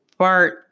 Bart